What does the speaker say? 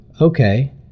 okay